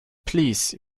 please